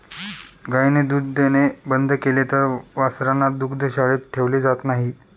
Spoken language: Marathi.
गायीने दूध देणे बंद केले तर वासरांना दुग्धशाळेत ठेवले जात नाही